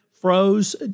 froze